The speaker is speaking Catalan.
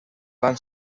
van